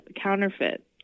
counterfeit